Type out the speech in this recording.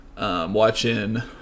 watching